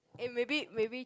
eh maybe maybe